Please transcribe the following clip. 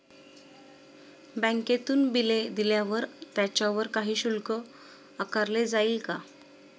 बँकेतून बिले दिल्यावर त्याच्यावर काही शुल्क आकारले जाईल का?